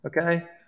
Okay